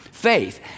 Faith